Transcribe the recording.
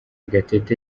gatete